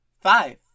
five